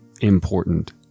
important